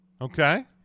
Okay